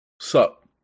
sup